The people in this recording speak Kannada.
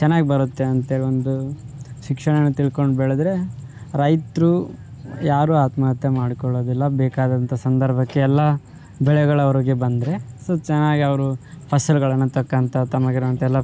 ಚೆನ್ನಾಗಿ ಬರುತ್ತೆ ಅಂತೇಳಿ ಒಂದು ಶಿಕ್ಷಣ ತಿಳ್ಕೊಂಡು ಬೆಳೆದರೆ ರೈತರು ಯಾರು ಆತ್ಮಹತ್ಯೆ ಮಾಡಿಕೊಳ್ಳೋದಿಲ್ಲ ಬೇಕಾದಂತಹ ಸಂದರ್ಭಕ್ಕೆ ಎಲ್ಲ ಬೆಳೆಗಳು ಅವರಿಗೆ ಬಂದರೆ ಸ್ವಲ್ಪ್ ಚೆನ್ನಾಗಿ ಅವರು ಫಸಲುಗಳನ್ನು ತಕ್ಕೊಂತ ತಮಗಿರುವಂತಹ ಎಲ್ಲ